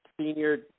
senior